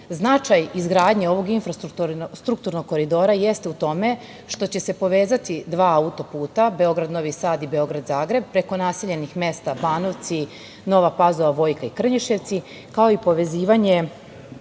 Značaj izgradnje ovog infrastrukturnog koridora jeste u tome što će se povezati dva auto-puta Beograd-Novi Sad i Beograd-Zagreb preko naseljenih mesta Banovci, Nova Pazova, Vojka i Krnješevci, kao i povezivanje